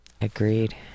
Agreed